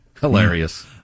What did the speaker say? Hilarious